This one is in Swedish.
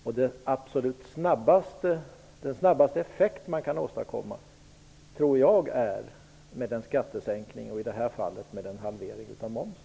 Jag tror att man åstadkommer den snabbaste effekten genom en skattesänkning, och i det här fallet med en halvering av momsen.